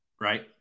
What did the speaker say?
right